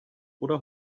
oder